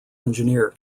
engineer